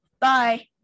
Bye